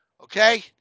okay